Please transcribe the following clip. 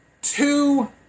two